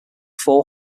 four